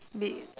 did